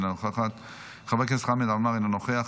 אינה נוכחת,